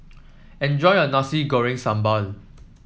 enjoy your Nasi Goreng Sambal